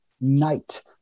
night